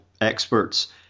experts